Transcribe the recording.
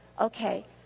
okay